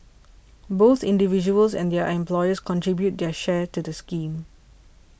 both individuals and their employers contribute their share to the scheme